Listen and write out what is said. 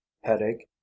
Headache